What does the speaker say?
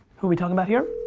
who we talking about here?